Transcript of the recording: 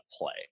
play